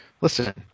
listen